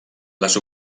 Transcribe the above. les